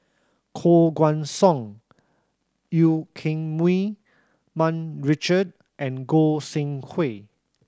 Koh Guan Song Eu Keng Mun Richard and Goi Seng Hui